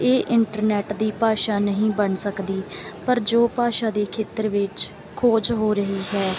ਇਹ ਇੰਟਰਨੈਟ ਦੀ ਭਾਸ਼ਾ ਨਹੀਂ ਬਣ ਸਕਦੀ ਪਰ ਜੋ ਭਾਸ਼ਾ ਦੇ ਖੇਤਰ ਵਿੱਚ ਖੋਜ ਹੋ ਰਹੀ ਹੈ